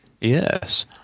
Yes